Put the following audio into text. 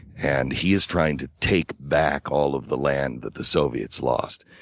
and he is trying to take back all of the land that the soviets lost.